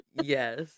yes